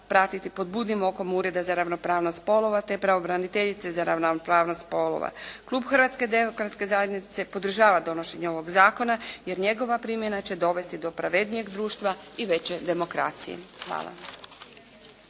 pratiti pod budnim okom Ureda za ravnopravnost spolova te pravobraniteljice za ravnopravnost spolova. Klub Hrvatske demokratske zajednice podržava donošenje ovog zakona jer njegova primjena će dovesti do pravednijeg društva i veće demokracije. Hvala.